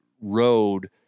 road